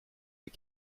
des